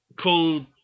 called